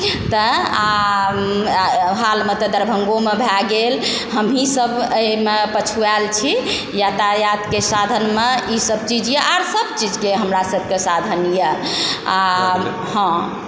तऽ आऽ हालमे तऽ दरभंगोमे भए गेल हमहिं सब अइमे पछुआयल छी यातायातके साधनमे ईसब चीज यऽ आओर सब चीजके हमरा सबके साधन यऽ आऽ हँ